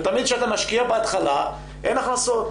תמיד כאשר אתה משקיע בהתחלה, אין הכנסות.